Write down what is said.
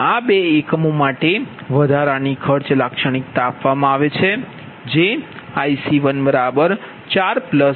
આ બે એકમો માટે વધારાની ખર્ચ લાક્ષણિકતા આપવામાં આવે છે જે IC1 4 0